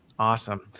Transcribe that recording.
Awesome